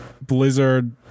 blizzard